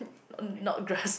not grass